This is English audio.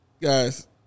Guys